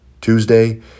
Tuesday